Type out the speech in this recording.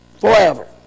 forever